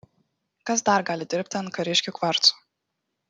kas dar gali dirbti ant kariškių kvarcų